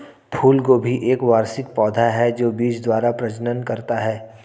फूलगोभी एक वार्षिक पौधा है जो बीज द्वारा प्रजनन करता है